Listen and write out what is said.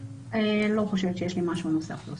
אני לא חושבת שיש לי משהו נוסף להוסיף.